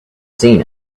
seen